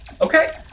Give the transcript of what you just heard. Okay